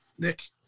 Nick